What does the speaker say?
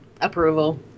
approval